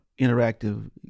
interactive